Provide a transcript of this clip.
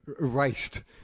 erased